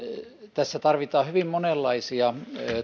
tässä tarvitaan hyvin monenlaisia